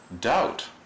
doubt